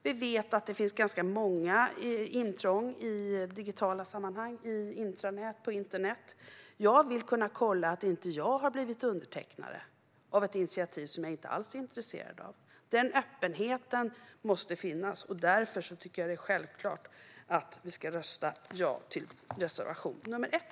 Vi vet att det finns många intrång i digitala sammanhang - i intranät och på internet. Jag vill kunna kolla att inte jag har blivit undertecknare av ett initiativ som jag inte alls är intresserad av. Denna öppenhet måste finnas, och därför tycker jag att det är självklart att vi ska rösta ja till reservation 1.